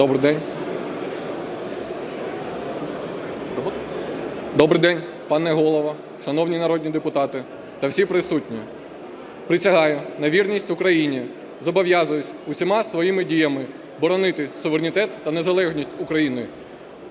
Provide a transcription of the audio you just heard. Добрий день, пане Голово, шановні народні депутати та всі присутні! Присягаю на вірність Україні. Зобов'язуюсь усіма своїми діями боронити суверенітет та незалежність України,